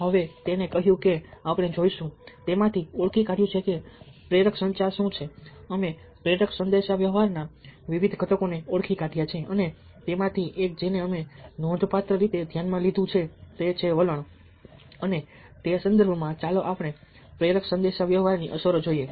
હવે કહ્યું કે હવે આપણે જોઈશું અમે ઓળખી કાઢ્યું છે કે પ્રેરક સંચાર શું છે અમે પ્રેરક સંદેશાવ્યવહારના વિવિધ ઘટકોને ઓળખી કાઢ્યા છે અને તેમાંથી એક જેને અમે નોંધપાત્ર રીતે ધ્યાનમાં લીધું છે તે વલણ છે અને તે સંદર્ભમાં ચાલો આપણે પ્રેરક સંદેશાવ્યવહાર ની અસરો જોઈએ